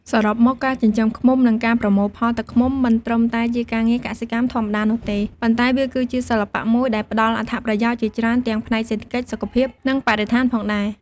សរុបមក ការចិញ្ចឹមឃ្មុំ និងការប្រមូលផលទឹកឃ្មុំ មិនត្រឹមតែជាការងារកសិកម្មធម្មតានោះទេ ប៉ុន្តែវាគឺជាសិល្បៈមួយដែលផ្តល់អត្ថប្រយោជន៍ជាច្រើនទាំងផ្នែកសេដ្ឋកិច្ច សុខភាព និងបរិស្ថានផងដែរ។